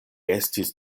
estis